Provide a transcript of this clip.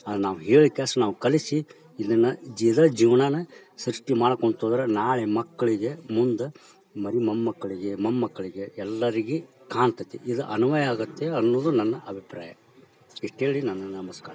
ಅದು ನಾವು ಹೇಳಿ ಕಳಿಸಿ ನಾವು ಕಲಿಸಿ ಇದನ್ನು ಜಿನ ಜೀವನನ ಸೃಷ್ಟಿ ಮಾಡ್ಕೊಳ್ತು ಅಂದ್ರೆ ನಾಳೆ ಮಕ್ಕಳಿಗೆ ಮುಂದೆ ಮರಿ ಮೊಮ್ಮಕ್ಕಳಿಗೆ ಮೊಮ್ಮಕ್ಕಳಿಗೆ ಎಲ್ಲರಿಗೂ ಕಾಣ್ತೈತಿ ಇದು ಅನ್ವಯ ಆಗುತ್ತೆ ಅನ್ನುವುದು ನನ್ನ ಅಭಿಪ್ರಾಯ ಇಷ್ಟು ಹೇಳಿ ನನ್ನ ನಮಸ್ಕಾರಗಳು